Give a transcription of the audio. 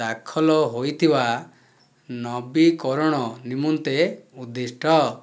ଦାଖଲ ହୋଇଥିବା ନବୀକରଣ ନିମନ୍ତେ ଉଦ୍ଦିଷ୍ଟ